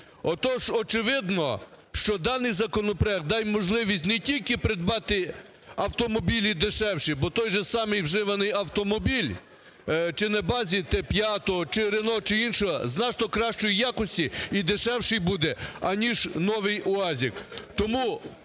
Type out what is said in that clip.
Отож, очевидно, що даний законопроект дасть можливість не тільки придбати автомобілі дешевші, бо той же самий вживаний чи на базі "Т-5", чи "Рено", чи іншого з надто кращої якості і дешевший буде, а ніж новий "уазик".